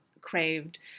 craved